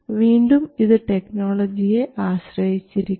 വീണ്ടും ഇത് ടെക്നോളജിയെ ആശ്രയിച്ചിരിക്കും